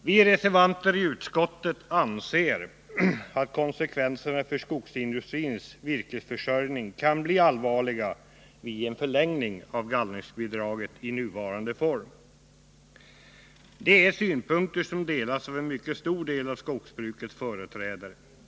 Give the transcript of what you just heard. Vi reservanter i utskottet anser att konsekvenserna för skogsindustrins virkesförsörjning kan bli allvarliga vid en förlängning av gallringsbidraget i nuvarande form. Det är synpunkter som delas av en mycket stor del av skogsbrukets företrädare.